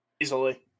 easily